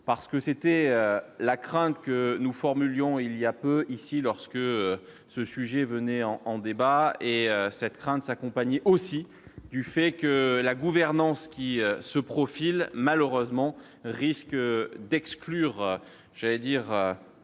parce que c'était la crainte que nous formulions il y a peu, ici lorsque ce sujet venait en en débat et cette crainte s'accompagne aussi du fait que la gouvernance qui se profile, malheureusement, risque d'exclure, j'allais dire,